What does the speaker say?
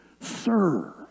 serve